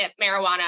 marijuana